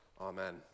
Amen